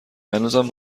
هنوزم